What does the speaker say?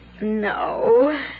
No